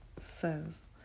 says